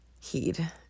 heed